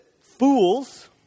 fools